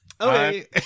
Okay